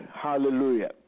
Hallelujah